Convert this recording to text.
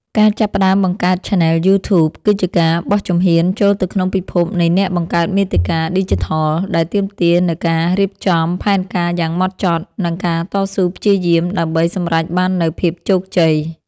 ការចាប់ផ្តើមបង្កើតឆានែលយូធូប គឺជាការបោះជំហានចូលទៅក្នុងពិភពនៃអ្នកបង្កើតមាតិកាឌីជីថល ដែលទាមទារនូវការរៀបចំផែនការយ៉ាងហ្មត់ចត់ និងការតស៊ូព្យាយាមដើម្បីសម្រេចបាននូវភាពជោគជ័យ។